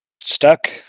Stuck